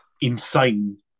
insane